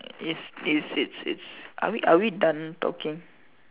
it's it's it's it's are we are we done talking